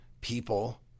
People